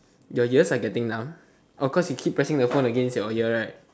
your ears are getting numb oh cause you keep pressing the phone against your ear right